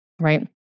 right